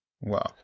Wow